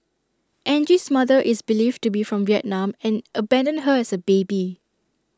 Angie's mother is believed to be from Vietnam and abandoned her as A baby